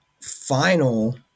final